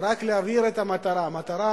ורק להבהיר את המטרה, המטרה